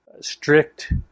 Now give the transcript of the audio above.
strict